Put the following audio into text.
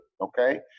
okay